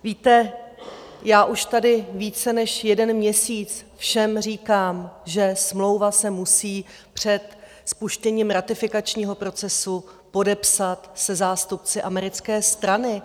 Víte, já už tady více než jeden měsíc všem říkám, že smlouva se musí před spuštěním ratifikačního procesu podepsat se zástupci americké strany.